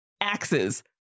axes